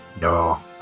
No